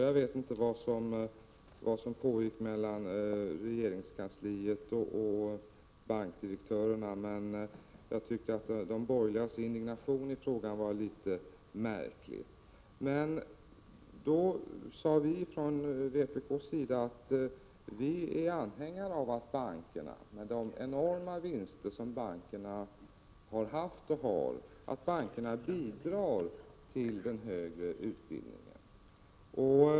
Jag vet inte vad som pågick mellan regeringskansliet och bankdirektörerna, men jag tycker att de borgerligas indignation i frågan var litet märklig. Då sade vi från vpk att vi är anhängare av att bankerna — med de enorma vinster de haft och har — bidrar till denna högre utbildning.